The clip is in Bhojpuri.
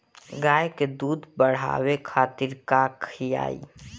गाय के दूध बढ़ावे खातिर का खियायिं?